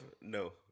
No